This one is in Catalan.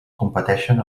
competeixen